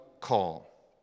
call